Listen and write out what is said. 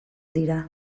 dira